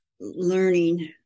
learning